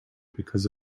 because